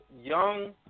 young